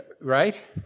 right